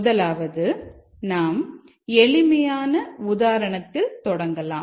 முதலாவது நாம் எளிமையான உதாரணத்தில் தொடங்கலாம்